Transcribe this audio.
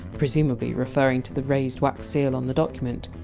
presumably referring to the raised wax seal on the document.